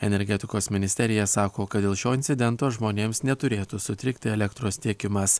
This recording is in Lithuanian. energetikos ministerija sako kad dėl šio incidento žmonėms neturėtų sutrikti elektros tiekimas